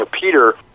Peter